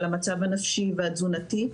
על המצב הנפשי והתזונתי.